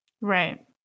Right